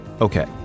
Okay